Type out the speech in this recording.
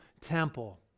Temple